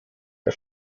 der